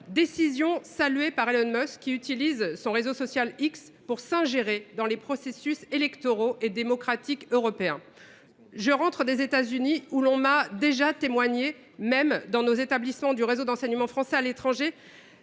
décision a été saluée par Elon Musk, qui utilise son propre réseau social, X, pour s’ingérer dans les processus électoraux et démocratiques européens. Je rentre des États Unis, où l’on m’a déjà fait part d’ingérences, y compris dans nos établissements du réseau d’enseignement français à l’étranger,